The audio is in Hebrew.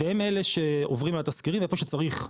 והם אלה שעוברים על התזכירים איפה שצריך,